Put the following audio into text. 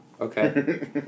Okay